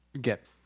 get